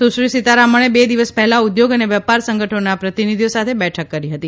સુશ્રી સીતારમણે બે દિવસ પહેલાં ઉધોગ અને વેપાર સંગઠનોના પ્રતિનિધિઓ સાથે બેઠક કરી હતી